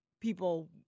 people